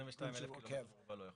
זה משתנה כי --- לכן,